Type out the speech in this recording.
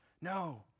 No